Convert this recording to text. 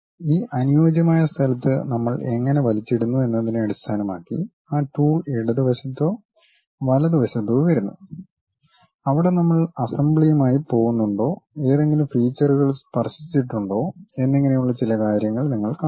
ഈ അനുയോജ്യമായ സ്ഥലത്ത് നമ്മൾ എങ്ങനെ വലിച്ചിടുന്നു എന്നതിനെ അടിസ്ഥാനമാക്കി ആ ടൂൾ ഇടതുവശത്തോ വലതുവശത്തോ വരുന്നു അവിടെ നമ്മൾ അസംബ്ലിയുമായി പോകുന്നുണ്ടോ ഏതെങ്കിലും ഫീച്ചർകൾ സ്പർശിച്ചിട്ടുണ്ടോ എന്നിങ്ങനെയുള്ള ചില കാര്യങ്ങൾ നിങ്ങൾ കാണും